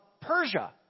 Persia